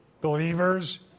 believers